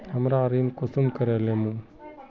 हमरा ऋण कुंसम करे लेमु?